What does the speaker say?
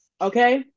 okay